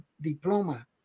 diploma